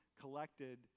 collected